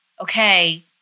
okay